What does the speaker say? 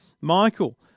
Michael